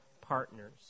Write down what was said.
partners